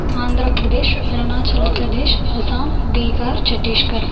Andhra Pradesh Arunachal Pradesh Assam Bihar Chhattisgarh